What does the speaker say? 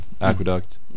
Aqueduct